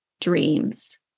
dreams